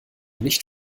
nicht